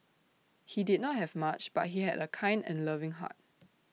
he did not have much but he had A kind and loving heart